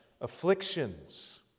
afflictions